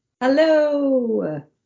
Hello